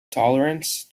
tolerance